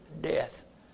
death